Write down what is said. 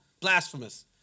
blasphemous